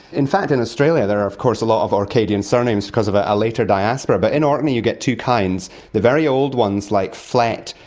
in fact in australia there are of course a lot of orcadian surnames because of ah a later diaspora, but in orkney you get two kinds the very old ones like flett,